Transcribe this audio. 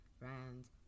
friends